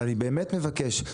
אבל אני באמת מבקש,